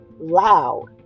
loud